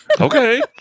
Okay